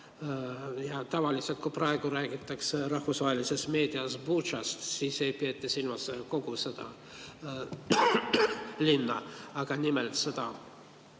Ja tavaliselt, kui praegu räägitakse rahvusvahelises meedias Butšast, siis ei peeta silmas kogu seda linna, vaid nimelt seda